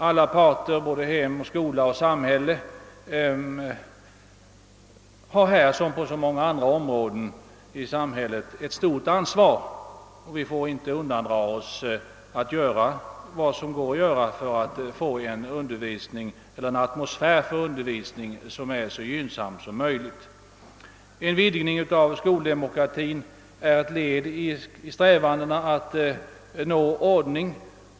Alla parter — hem, skola och samhälle — har här som på så många andra områden ett stort ansvar. Vi får inte undandra oss att göra vad som går för att åstadkomma en så gynnsam atmosfär för undervisningen som möjligt. En vidgning av skoldemokratin är ett led i strävandena att nå ordning.